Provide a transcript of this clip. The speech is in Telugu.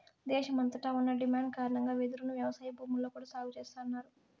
దేశమంతట ఉన్న డిమాండ్ కారణంగా వెదురును వ్యవసాయ భూముల్లో కూడా సాగు చేస్తన్నారు